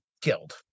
killed